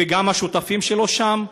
וגם את השותפים שלו שם,